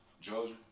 Georgia